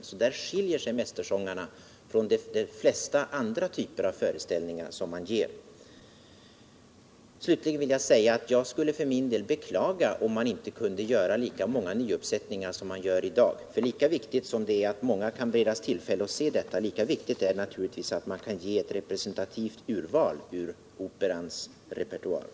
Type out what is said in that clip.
I det fallet skiljer sig Mästersångarna från de flesta andra typer av föreställningar. Slutligen vill jag säga att jag för min del skulle beklaga om Operan inte kunde göra lika många nyuppsättningar som man gör i dag. Lika 158 viktigt som det är att många kan beredas tillfälle att se föreställningarna är det naturligtvis att man kan ge ett representativt urval ur operarepertoaren.